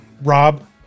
Rob